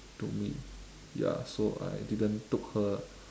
to me ya so I didn't took her